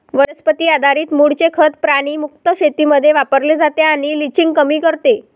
वनस्पती आधारित मूळचे खत प्राणी मुक्त शेतीमध्ये वापरले जाते आणि लिचिंग कमी करते